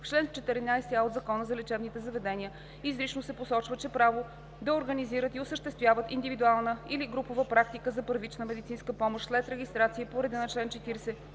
чл. 14а от Закона за лечебните заведения изрично се посочва, че право да организират и осъществяват индивидуална или групова практика за първична медицинска помощ след регистрация по реда на чл. 40